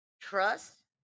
Trust